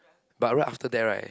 but right after that right